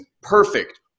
perfect